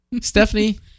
Stephanie